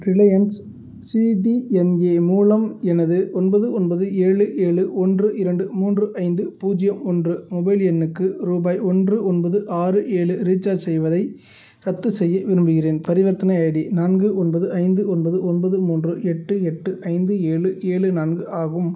Reliance CDMA மூலம் எனது ஒன்பது ஒன்பது ஏழு ஏழு ஒன்று இரண்டு மூன்று ஐந்து பூஜ்ஜியம் ஒன்று மொபைல் எண்ணுக்கு ரூபாய் ஒன்று ஒன்பது ஆறு ஏலு ரீச்சார்ஜ் செய்வதை ரத்து செய்ய விரும்புகின்றேன் பரிவர்த்தனை ஐடி நான்கு ஒன்பது ஐந்து ஒன்பது ஒன்பது மூன்று எட்டு எட்டு ஐந்து ஏழு ஏழு நான்கு ஆகும்